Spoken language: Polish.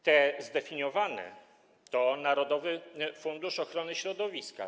Te zdefiniowane to narodowy fundusz ochrony środowiska.